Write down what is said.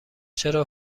چرا